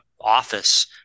office